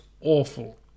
awful